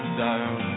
down